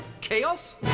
chaos